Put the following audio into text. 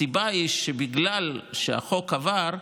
הסיבה היא שבגלל שהחוק עבר,